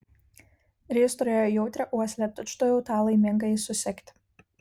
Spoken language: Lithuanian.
ir jis turėjo jautrią uoslę tučtuojau tą laimingąjį susekti